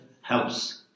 helps